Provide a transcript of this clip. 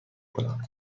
کنم